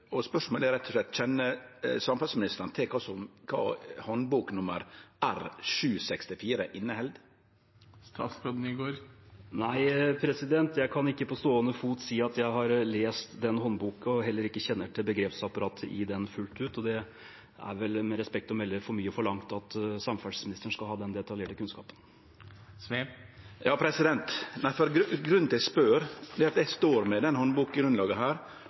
slett: Kjenner samferdselsministeren til kva Handbok R764 inneheld? Nei, jeg kan ikke på stående fot si at jeg har lest den håndboken, og jeg kjenner heller ikke til begrepsapparatet i den fullt ut. Det er vel med respekt å melde for mye forlangt at samferdselsministeren skal ha den detaljerte kunnskapen. Grunnen til at eg spør, er at eg står med den handboka her og også grunnlaget